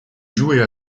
jouées